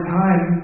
time